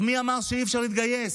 אז מי אמר שאי-אפשר להתגייס?